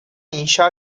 inşa